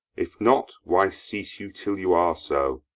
if not, why cease you till you are so?